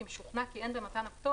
אם שוכנע כי אין במתן הפטור